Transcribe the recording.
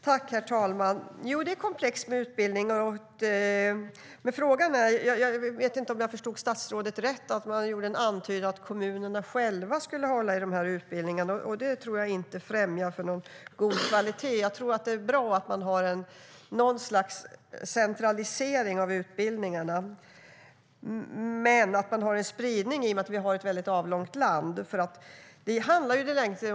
Herr talman! Det är komplext med utbildningar. Jag vet inte om jag förstod statsrådet rätt, att han antydde att kommunerna själva skulle hålla i utbildningarna. Det tror jag inte skulle främja en god kvalitet. Jag tror att det bra om man har något slags centralisering av utbildningarna, men eftersom vi bor i ett väldigt avlångt land vore det bra med en spridning.